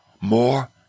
more